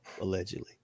allegedly